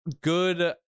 good